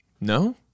No